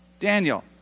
Daniel